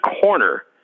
corner